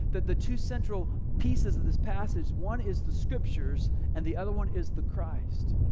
that the two central pieces of this passage one is the scriptures and the other one is the christ.